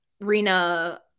Rina